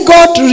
God